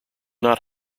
not